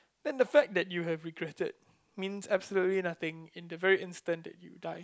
then the fact that you have regretted means absolutely nothing in the very instant that you die